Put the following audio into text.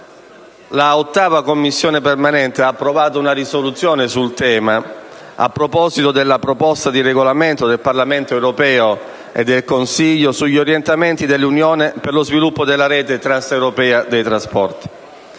l'8ª Commissione permanente ha approvato in proposito una risoluzione riguardante la proposta di regolamento del Parlamento europeo e del Consiglio sugli orientamenti dell'Unione per lo sviluppo della rete transeuropea dei trasporti.